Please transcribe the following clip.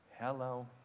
Hello